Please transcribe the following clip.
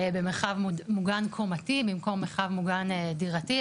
במרחב מוגן קומתי במקום מרחב מוגן דירתי.